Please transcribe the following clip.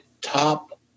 top